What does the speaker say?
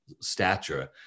stature